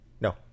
No